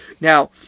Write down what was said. Now